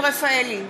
נשאר לי זמן?